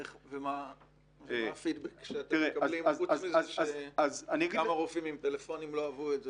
ומה הפידבק שאתם מקבלים חוץ מזה שכמה רופאים עם פלאפונים לא אהבו את זה?